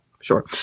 sure